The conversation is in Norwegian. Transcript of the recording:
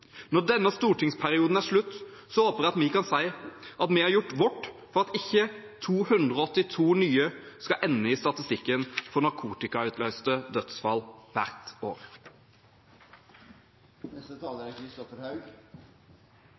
Når denne stortingsperioden er slutt, håper jeg vi kan si at vi har gjort vårt for at ikke 282 nye skal ende i statistikken over narkotikautløste dødsfall hvert år. Miljøpartiet De Grønne er